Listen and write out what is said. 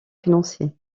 financier